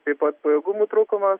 taip pat pajėgumų trūkumas